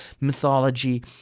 mythology